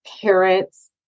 parents